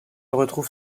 retrouve